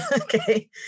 okay